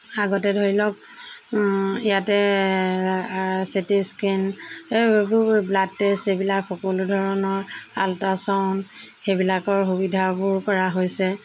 আগতে ধৰি লওক ইয়াতে চি টি স্কেন এইবোৰ ব্লাড টেষ্ট এইবিলাক সকলো ধৰণৰ আল্ট্ৰাছাউণ্ড সেইবিলাকৰ সুবিধাবোৰ কৰা হৈছে